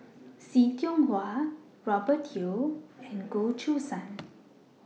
See Tiong Wah Robert Yeo and Goh Choo San